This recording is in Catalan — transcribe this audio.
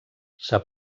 s’ha